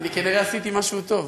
אני כנראה עשיתי משהו טוב.